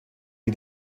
die